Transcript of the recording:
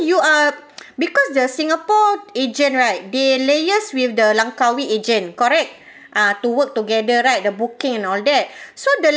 you are because the singapore agent right they liaise with the langkawi agent correct ah to work together right the booking and all that so the